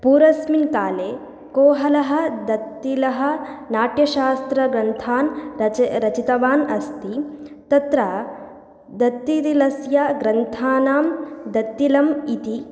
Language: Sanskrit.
पूर्वस्मिन् काले कोहलः दत्तिलः नाट्यशास्त्रग्रन्थान् रच रचितवान् अस्ति तत्र दत्तिदिलस्य ग्रन्थानां दत्तिलम् इति